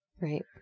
Right